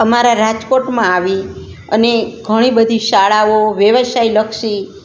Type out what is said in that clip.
અમારા રાજકોટમાં આવી અને ઘણીબધી શાળાઓ વ્યવસાયલક્ષી